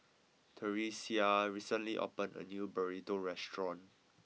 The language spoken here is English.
Theresia recently opened a new Burrito restaurant